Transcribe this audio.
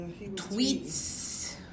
Tweets